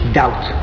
doubt